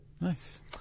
Nice